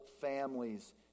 families